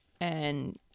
and-